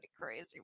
crazy